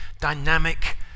dynamic